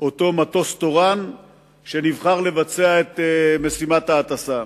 על מטוס תורן שנבחר לבצע את משימת ההטסה.